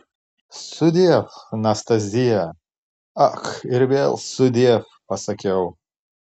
sudiev nastazija ak ir vėl sudiev pasakiau